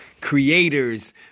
creators